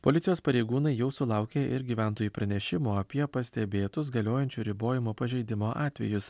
policijos pareigūnai jau sulaukė ir gyventojų pranešimo apie pastebėtus galiojančių ribojimų pažeidimo atvejus